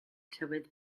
tywydd